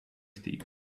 steep